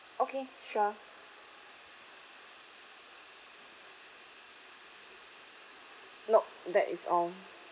okay sure nope that is all